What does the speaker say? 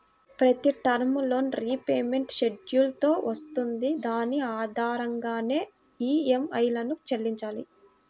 ప్రతి term loan repayment schedule తో వస్తుంది దాని ఆధారంగానే ఈఎంఐలను చెల్లించాలి